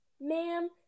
ma'am